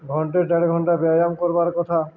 ଘଣ୍ଟେ ଦେଢ଼ ଘଣ୍ଟା ବ୍ୟାୟାମ କରବାର୍ କଥା